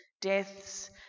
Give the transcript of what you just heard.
deaths